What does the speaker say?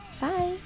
Bye